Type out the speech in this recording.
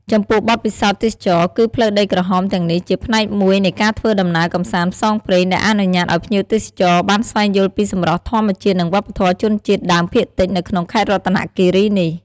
ចំពោះបទពិសោធន៍ទេសចរណ៍ គឺផ្លូវដីក្រហមទាំងនេះជាផ្នែកមួយនៃការធ្វើដំណើរកម្សាន្តផ្សងព្រេង ដែលអនុញ្ញាតឱ្យភ្ញៀវទេសចរបានស្វែងយល់ពីសម្រស់ធម្មជាតិ និងវប្បធម៌ជនជាតិដើមភាគតិចនៅក្នុងខេត្តរតនគិរីនេះ។